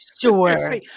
Sure